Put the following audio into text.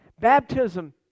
Baptism